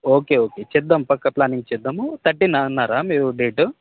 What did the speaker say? okay okay చేద్దాం పక్కా planning చేద్దాము థర్టీన్ అన్నారా మీరు డేట్